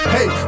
Hey